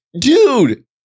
Dude